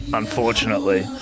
unfortunately